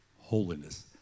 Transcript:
holiness